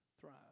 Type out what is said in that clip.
thrive